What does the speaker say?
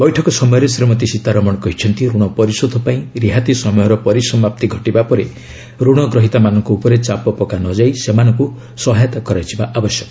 ବୈଠକ ସମୟରେ ଶ୍ରୀମତୀ ସୀତାରମଣ କହିଛନ୍ତି ଋଣ ପରିଶୋଧ ପାଇଁ ରିହାତି ସମୟର ପରିସମାପ୍ତି ଘଟିବା ପରେ ଋଣ ଗ୍ରହିତାମାନଙ୍କ ଉପରେ ଚାପ ପକା ନ ଯାଇ ସେମାନଙ୍କୁ ସହାୟତା କରାଯିବା ଆବଶ୍ୟକ